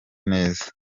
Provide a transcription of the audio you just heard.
neza